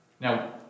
Now